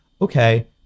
Okay